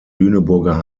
lüneburger